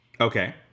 Okay